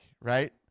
right